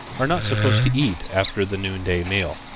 are not supposed to eat after the noonday meal.